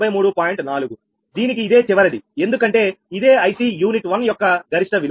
4 దీనికి ఇదే చివరిది ఎందుకంటే ఇదే IC యూనిట్ 1 యొక్క గరిష్ట విలువ